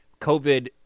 COVID